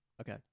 Okay